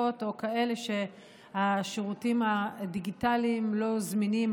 או בכאלה שהשירותים הדיגיטליים לא זמינים,